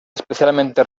especialmente